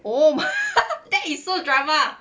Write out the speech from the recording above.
oh my that is so drama